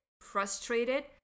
frustrated